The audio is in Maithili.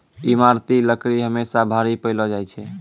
ईमारती लकड़ी हमेसा भारी पैलो जा छै